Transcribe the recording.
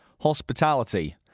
hospitality